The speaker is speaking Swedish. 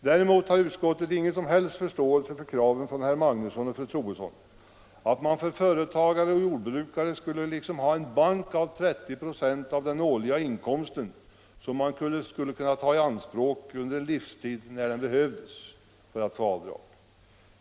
Däremot har utskottet ingen som helst förståelse för kraven från herr Magnusson i Borås och fru Troedsson att man för företagare och jordbrukare skulle ha liksom en bank av 30 96 av den årliga inkomsten att ta i anspråk under livstiden när det behövdes för att få avdrag.